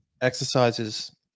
exercises